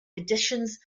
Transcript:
editions